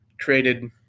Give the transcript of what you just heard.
created